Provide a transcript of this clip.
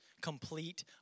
complete